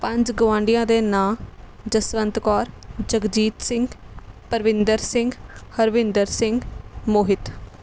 ਪੰਜ ਗਵਾਂਢੀਆ ਦੇ ਨਾਂ ਜਸਵੰਤ ਕੌਰ ਜਗਜੀਤ ਸਿੰਘ ਪਰਵਿੰਦਰ ਸਿੰਘ ਹਰਵਿੰਦਰ ਸਿੰਘ ਮੋਹਿਤ